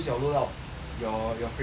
your your favourite gun